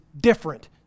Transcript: different